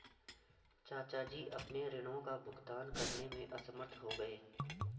चाचा जी अपने ऋणों का भुगतान करने में असमर्थ हो गए